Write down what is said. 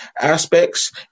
aspects